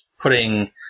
putting